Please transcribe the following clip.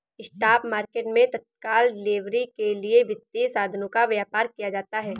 spot market मैं तत्काल delivery के लिए वित्तीय साधनों का व्यापार किया जाता है